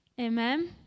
Amen